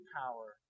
power